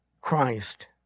Christ